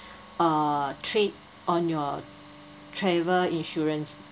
uh trip on your travel insurance